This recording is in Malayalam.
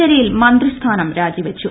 ജലീൽ മന്ത്രിസ്ഥാനം രാജിവച്ചു